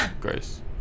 grace